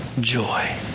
joy